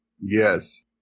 Yes